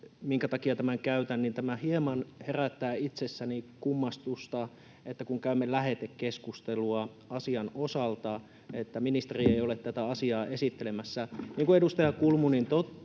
Minkä takia tämän käytän? Tämä hieman herättää itsessäni kummastusta, että kun käymme lähetekeskustelua asian osalta, niin ministeri ei ole tätä asiaa esittelemässä. Niin kuin edustaja Kulmuni totesi